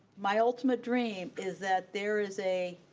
my ultimate dream is that there is a,